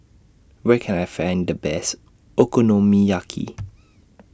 Where Can I Find The Best Okonomiyaki